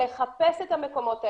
לחפש את המקומות האלה.